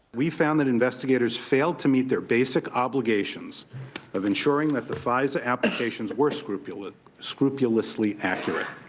we found that investigators failed to meet their basic obligations of ensuring that the fisa applications were scrupulously scrupulously accurate.